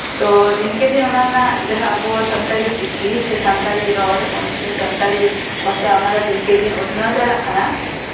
ᱛᱳ ᱫᱤᱱᱠᱮ ᱫᱤᱱ ᱚᱱᱟ ᱨᱮᱱᱟᱜ ᱡᱟᱦᱟᱸ ᱟᱵᱚ ᱥᱟᱱᱛᱟᱲᱤ ᱪᱤᱠᱤ ᱥᱮ ᱥᱟᱱᱛᱟᱲᱤ ᱨᱚᱲ ᱚᱞᱥᱮ ᱥᱟᱱᱛᱟᱲᱤ ᱵᱷᱟᱥᱟ ᱚᱱᱟ ᱫᱚ ᱫᱤᱱᱠᱮ ᱫᱤᱱ ᱩᱛᱱᱟᱹᱣ ᱪᱟᱞᱟᱜ ᱠᱟᱱᱟ